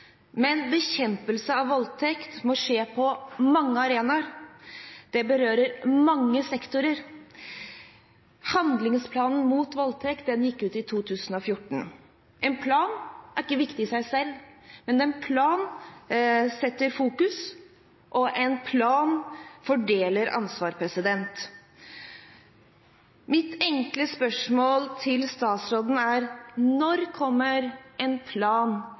Men bekjempelse av voldtekt må skje på mange arenaer, det berører mange sektorer. Handlingsplanen mot voldtekt gikk ut i 2014. En plan er ikke viktig i seg selv, men en plan setter noe i fokus, og en plan fordeler ansvar. Mitt enkle spørsmål til statsråden er: Når kommer en plan